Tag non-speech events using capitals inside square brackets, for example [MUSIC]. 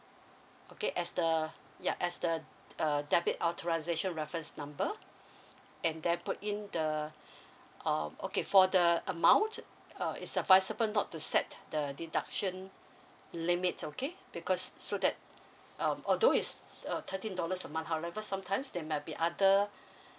okay as the ya as the err debit authorisation reference number [BREATH] and then put in the [BREATH] um okay for the amount uh is advisable not to set the deduction limit okay because so that um although is uh thirteen dollars a month however sometimes there might be other